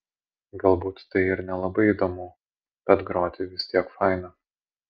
galbūt tai ir nelabai įdomu bet groti vis tiek faina